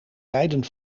rijden